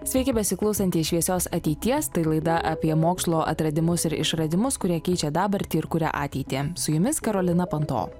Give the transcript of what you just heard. sveiki besiklausantieji šviesios ateities tai laida apie mokslo atradimus ir išradimus kurie keičia dabartį ir kuria ateitį su jumis karolina panto